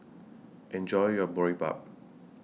Enjoy your Boribap